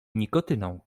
nikotyną